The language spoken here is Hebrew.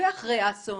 ואחרי האסון.